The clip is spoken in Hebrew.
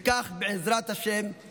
וכך נעשה במהרה, בעזרת השם.